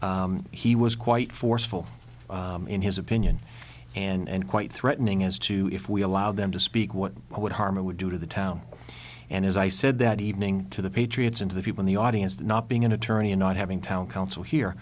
he was quite forceful in his opinion and quite threatening as to if we allowed them to speak what would harm it would do to the town and as i said that evening to the patriots into the people in the audience that not being an attorney and not having town council here